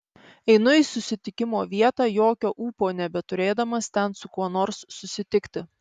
einu į susitikimo vietą jokio ūpo nebeturėdamas ten su kuo nors susitikti